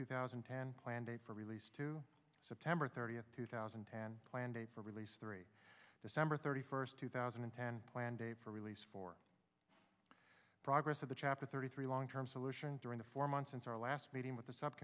two thousand and ten planned date for release to september thirtieth two thousand and ten plan date for release three december thirty first two thousand and ten plan date for release for progress of the chapter thirty three long term solution during the four months since our last meeting with th